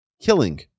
killing